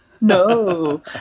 No